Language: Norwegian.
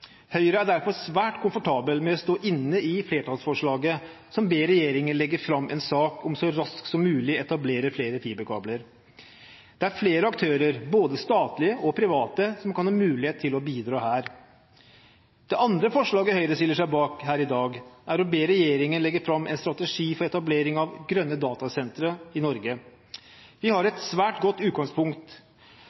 Høyre er derfor svært komfortabel med å være med på flertallsforslaget som ber regjeringen legge fram en sak om så raskt som mulig å etablere flere fiberkabler. Det er flere aktører, både statlige og private, som kan ha mulighet til å bidra her. Det andre forslaget Høyre stiller seg bak i dag, er å be regjeringen legge fram en strategi for etablering av grønne datasentre i Norge. Vi har et svært godt utgangspunkt